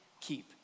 keep